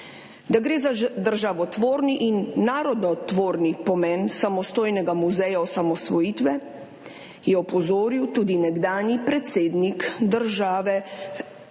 Da gre za državotvorni in narodotvorni pomen samostojnega muzeja osamosvojitve, je opozoril tudi nekdanji predsednik države